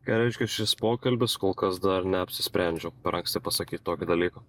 ką reiškia šis pokalbis kol kas dar neapsisprendžiau per anksti pasakyt tokį dalyką